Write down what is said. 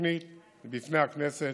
התוכנית בפני הכנסת.